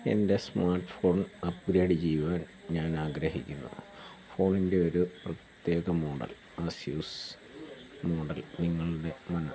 എൻ്റെ smart phone upgrade ചെയ്യുവാൻ ഞാൻ ആഗ്രഹിക്കുന്നു ഫോണിൻ്റെ ഒരു പ്രത്യേക മോഡൽ ആസ്യൂസ് മോഡൽ നിങ്ങളുടെ